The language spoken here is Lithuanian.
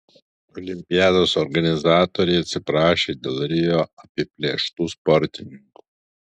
olimpiados organizatoriai atsiprašė dėl rio apiplėštų sportininkų